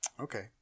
okay